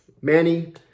manny